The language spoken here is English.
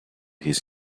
his